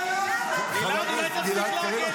אל תעזרו לי לנהל את